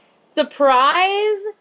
surprise